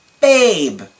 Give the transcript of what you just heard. Babe